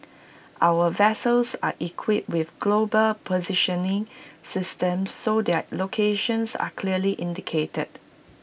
our vessels are equipped with global positioning systems so their locations are clearly indicated